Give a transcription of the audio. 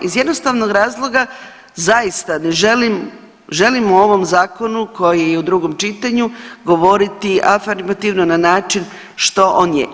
Iz jednostavnog razloga zaista ne želim, želim o ovom zakonu koji je u drugom čitanju govoriti afirmativno na način što on je.